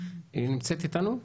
נמצאת איתנו?